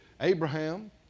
Abraham